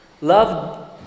Love